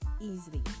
easily